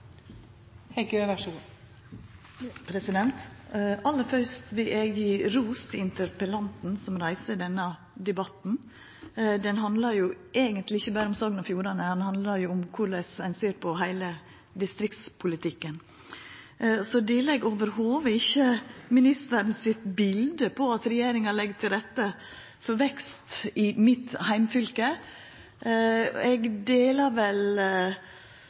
Aller først vil eg gje ros til interpellanten som reiser denne debatten. Han handlar jo eigentleg ikkje berre om Sogn og Fjordane; han handlar om korleis ein ser på heile distriktspolitikken. Så det ligg i det heile ikkje i ministeren sitt bilete at regjeringa legg til rette for vekst i mitt heimfylke. Eg deler vel